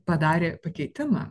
padarė pakeitimą